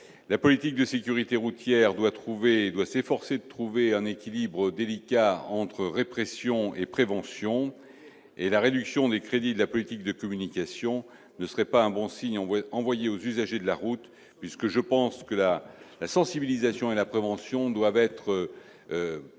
la politique de sécurité routière doit trouver doit s'efforcer de trouver un équilibre délicat entre répression et prévention, et la réduction des crédits de la politique de communication ne serait pas un bon signe envoyé aux usagers de la route puisque ce que je pense que la sensibilisation et la prévention doivent être